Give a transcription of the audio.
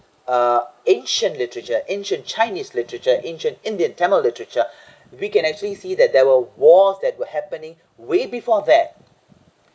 (uyh) ancient literature ancient chinese literature ancient indian and tamil literature we can actually see that there were wars that were happening way before that